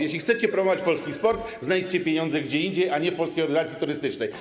Jeśli chcecie promować polski sport, znajdźcie pieniądze gdzie indziej, a nie w Polskiej Organizacji Turystycznej.